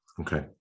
Okay